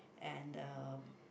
and uh